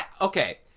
okay